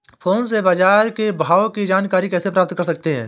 Phone से बाजार के भाव की जानकारी कैसे प्राप्त कर सकते हैं?